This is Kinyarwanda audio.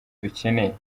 ducyeneye